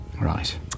Right